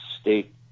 state